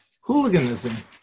Hooliganism